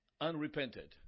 unrepented